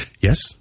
Yes